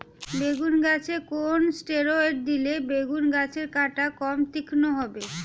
বেগুন গাছে কোন ষ্টেরয়েড দিলে বেগু গাছের কাঁটা কম তীক্ষ্ন হবে?